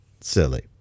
Silly